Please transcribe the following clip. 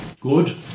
good